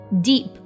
deep